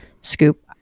scoop